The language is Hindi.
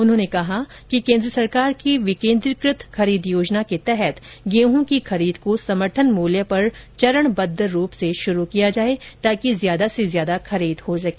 उन्होंने कहा कि केन्द्र सरकार की विकेन्द्रिकृत खरीद योजना के तहत गेहूं की खरीद को समर्थन मूल्य पर चरणबद्व रूप से शुरू किया जाए ताकि ज्यादा से ज्यादा खरीद हो सके